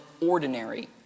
ordinary